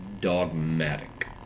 dogmatic